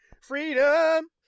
freedom